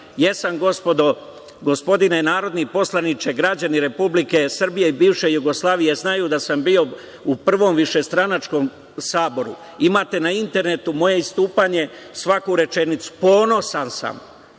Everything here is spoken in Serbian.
jesam gospodo, gospodine narodni poslaniče, građani Republike Srbije i bivše Jugoslavije znaju da sam bio u prvom višestranačkom Saboru. Imate na internetu moje istupanje da sam bio u prvom